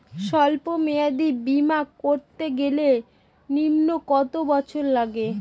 সল্প মেয়াদী বীমা করতে গেলে নিম্ন কত বছর লাগে?